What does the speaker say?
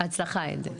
בהצלחה, עדן.